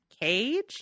cage